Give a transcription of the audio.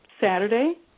Saturday